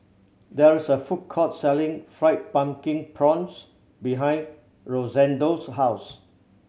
there is a food court selling Fried Pumpkin Prawns behind Rosendo's house